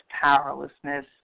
powerlessness